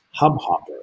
Hubhopper